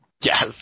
Yes